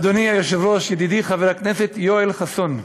אדוני היושב-ראש, ידידי חבר הכנסת יואל חסון,